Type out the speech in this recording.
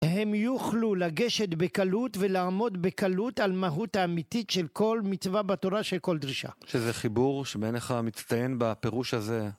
הם יוכלו לגשת בקלות ולעמוד בקלות על מהות האמיתית של כל מצווה בתורה של כל דרישה. שזה חיבור שבעיניך מצטיין בפירוש הזה.